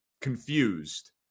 confused